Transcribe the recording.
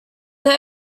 this